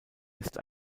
ist